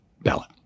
ballot